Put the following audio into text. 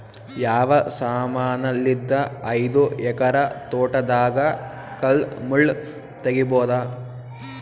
ಯಾವ ಸಮಾನಲಿದ್ದ ಐದು ಎಕರ ತೋಟದಾಗ ಕಲ್ ಮುಳ್ ತಗಿಬೊದ?